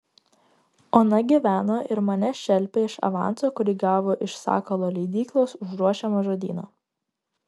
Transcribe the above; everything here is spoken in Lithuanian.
ona gyveno ir mane šelpė iš avanso kurį gavo iš sakalo leidyklos už ruošiamą žodyną